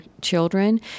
children